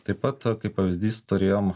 taip pat kaip pavyzdys turėjom